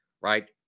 right